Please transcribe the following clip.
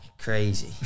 crazy